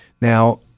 Now